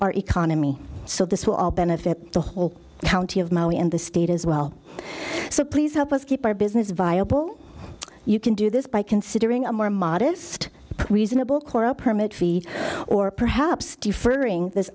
our economy so this will benefit the whole county of maui and the state as well so please help us keep our business viable you can do this by considering a more modest reasonable corps a permit fee or perhaps deferring this